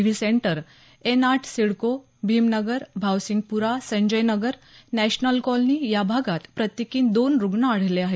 V centre N आठ CIDCO Bhimnagar Bhavsingpura Sanjay Nagar national colony याभागात प्रत्येकी दोन रुग्ण आढळले आहेत